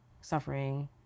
suffering